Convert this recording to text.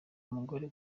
umugore